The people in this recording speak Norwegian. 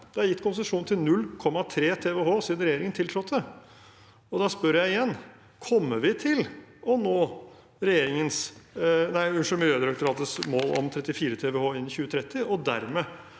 Det er gitt konsesjon til 0,3 TWh siden regjeringen tiltrådte. Jeg spør igjen: Kommer vi til å nå Miljødirektoratets mål om 34 TWh innen 2030 og dermed